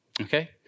Okay